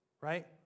Right